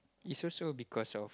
it's also because of